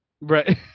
right